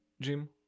jim